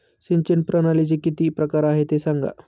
सिंचन प्रणालीचे किती प्रकार आहे ते सांगा